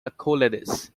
accolades